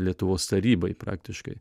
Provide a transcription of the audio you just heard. lietuvos tarybai praktiškai